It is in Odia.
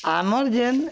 ଆମର୍ ଯେନ୍